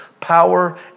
power